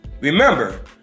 Remember